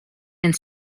and